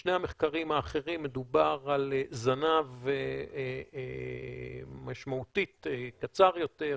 בשני המחקרים האחרים מדובר על זנב משמעותית קצר יותר,